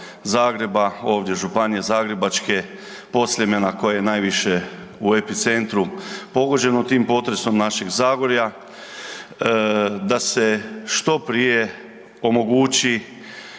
Zagreba, ovdje županije zagrebačke, pod Sljemena koje je najviše u epicentru pogođeno tim potresom, našeg Zagorja, da se što prije omogući